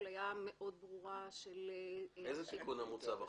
הפלייה מאוד ברורה של --- איזה תיקון המוצע בחוק?